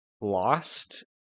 Lost